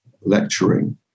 lecturing